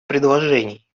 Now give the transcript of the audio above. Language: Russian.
предложений